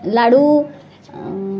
लाडू